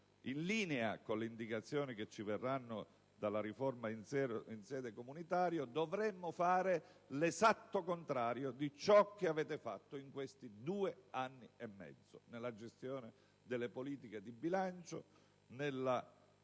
in linea con le indicazioni che verranno dalla riforma in sede comunitaria, dovremmo fare l'esatto contrario di quanto avete fatto in questi due anni e mezzo nella gestione delle politiche di bilancio e nella ideazione,